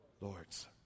Lords